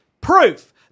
proof